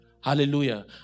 Hallelujah